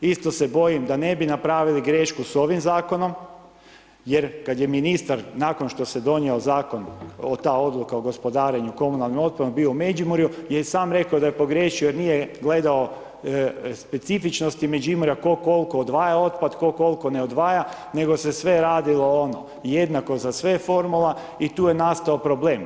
Isto se bojim da ne bi napravili grešku s ovim zakonom, jer kad je ministar, nakon što se donio zakon, ta odluka o gospodarenju komunalnim otpadom je bio u Međimurju, je i sam rekao da je pogriješio jer nije gledao specifičnosti Međimurja, tko koliko odvaja otpad, tko koliko ne odvaja, nego se sve radilo ono, jednako za sve formula i tu je nastao problem.